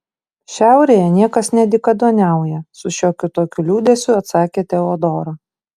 šiaurėje niekas nedykaduoniauja su šiokiu tokiu liūdesiu atsakė teodora